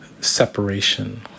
separation